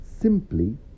simply